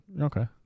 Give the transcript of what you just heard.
Okay